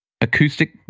acoustic